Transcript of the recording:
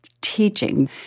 teaching